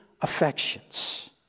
affections